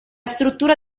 struttura